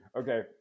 Okay